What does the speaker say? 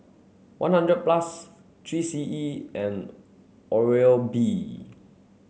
one hundred plus three C E and Oral B